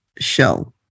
Show